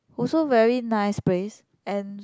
also very nice place and